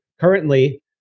Currently